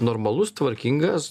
normalus tvarkingas